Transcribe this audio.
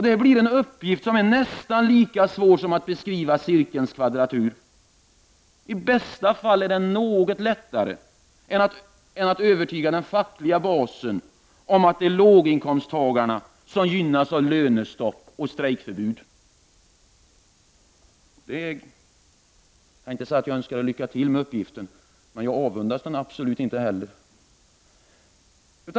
Det blir en uppgift nästan lika svår som att beskriva cirkelns kvadratur — i bästa fall är den något lättare än uppgiften att övertyga den fackliga basen om att det är låginkomsttagarna som gynnas av lönestopp och strejkförbud. Jag kan inte påstå att jag önskar er lycka till med uppgiften, och jag avundas er den absolut inte heller.